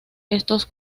estos